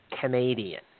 Canadian